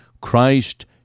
Christ